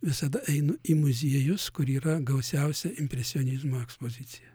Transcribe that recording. visada einu į muziejus kur yra gausiausia impresionizmo ekspozicija